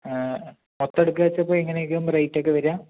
മൊത്തം എടുക്കുകയെന്ന് വെച്ചാൽ എങ്ങനെ ആയിരിക്കും റേറ്റ് ഒക്കെ വരിക